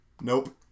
Nope